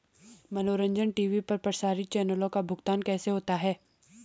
मनोरंजन टी.वी पर प्रसारित चैनलों का भुगतान कैसे होता है?